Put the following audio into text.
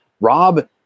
Rob